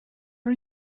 are